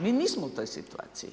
Mi nismo u toj situaciji.